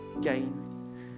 gain